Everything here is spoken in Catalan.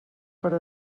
per